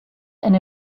and